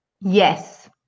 Yes